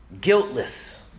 guiltless